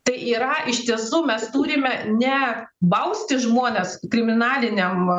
tai yra iš tiesų mes turime ne bausti žmones kriminalinėm